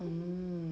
mm